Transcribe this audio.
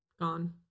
gone